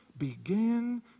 begin